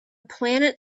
planet